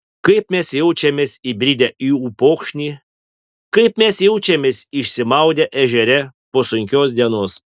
kaip mes jaučiamės įbridę į upokšnį kaip mes jaučiamės išsimaudę ežere po sunkios dienos